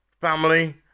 family